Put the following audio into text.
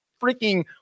freaking